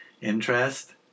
interest